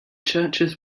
churches